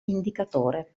indicatore